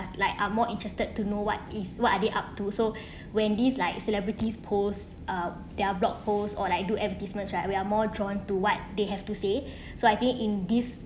like are more interested to know what is what are they up to so when these like celebrities posts up their blog posts or like do advertisements right we are more drawn to what they have to say so I think in this